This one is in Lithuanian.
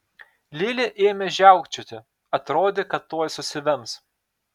lili ėmė žiaukčioti atrodė kad tuoj susivems